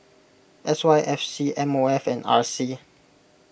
S Y F C M O F and R C